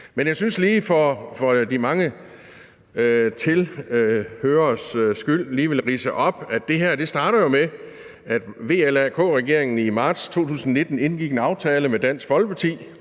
Men jeg synes, at jeg for de mange tilhøreres skyld lige vil ridse op, at det her jo starter med, at VLAK-regeringen i marts 2019 indgik en aftale med Dansk Folkeparti